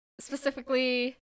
specifically